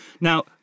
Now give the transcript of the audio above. Now